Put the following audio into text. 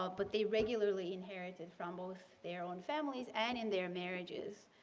ah but they regularly inherit it from both their own families and in their marriages.